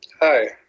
Hi